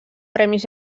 premis